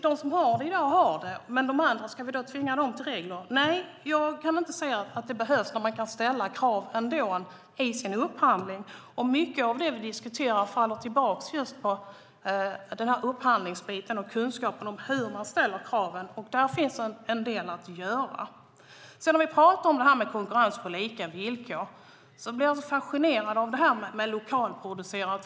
De som har det i dag har det, men ska vi tvinga de andra till det? Nej, jag ser inte att det behövs när man kan ställa krav ändå i sin upphandling. Mycket av det vi diskuterar faller tillbaka på upphandlingsbiten och kunskapen om hur man ställer krav, och här finns en del att göra. När det gäller konkurrens på lika villkor blir jag fascinerad av det här med lokalproducerat.